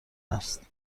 است